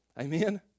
Amen